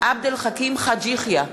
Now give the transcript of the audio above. עבד אל חכים חאג' יחיא,